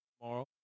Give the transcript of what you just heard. tomorrow